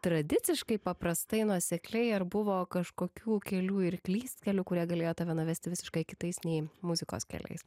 tradiciškai paprastai nuosekliai ar buvo kažkokių kelių ir klystkelių kurie galėjo tave nuvesti visiškai kitais nei muzikos keliais